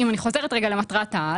אם אני חוזרת רגע למטרת העל,